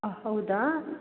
ಹಾಂ ಹೌದಾ